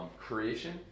creation